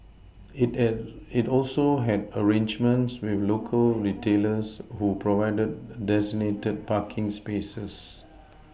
it an it also had arrangements with local retailers who provided designated parking spaces